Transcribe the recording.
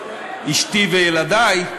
אשתי וילדי,